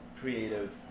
creative